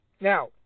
Now